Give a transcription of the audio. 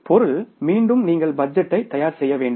பொருள் மீண்டும் நீங்கள் பட்ஜெட்டை தயார் செய்ய வேண்டும்